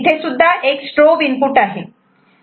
इथेसुद्धा एक strobe input आहे